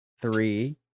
three